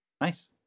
Nice